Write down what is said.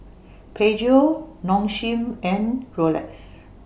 Peugeot Nong Shim and Rolex